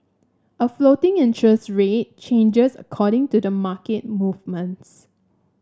a floating interest rate changes according to the market movements